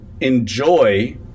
enjoy